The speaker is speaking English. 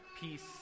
peace